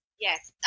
Yes